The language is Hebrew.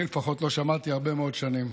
אני, לפחות, לא שמעתי הרבה מאוד שנים.